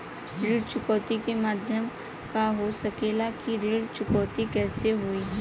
ऋण चुकौती के माध्यम का हो सकेला कि ऋण चुकौती कईसे होई?